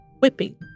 whipping